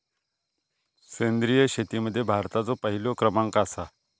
सेंद्रिय शेतीमध्ये भारताचो पहिलो क्रमांक आसा